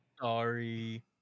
Sorry